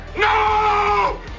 No